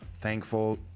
thankful